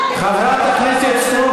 חברת הכנסת סטרוק,